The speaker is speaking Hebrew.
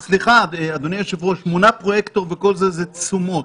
סליחה, אדוני היושב-ראש, מונה וכל זה זה תשומות.